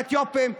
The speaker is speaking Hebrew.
את האתיופים,